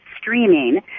streaming